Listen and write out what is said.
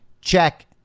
check